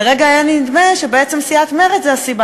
לרגע היה נדמה שבעצם סיעת מרצ היא הסיבה